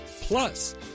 Plus